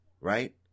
Right